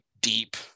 deep